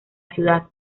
ciudad